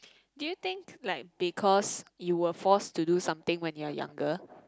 do you think like because you were forced to do something when you are younger